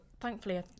thankfully